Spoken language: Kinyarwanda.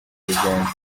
urugendo